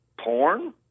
porn